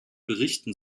berichten